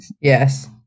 Yes